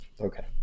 okay